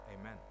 Amen